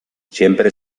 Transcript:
siempre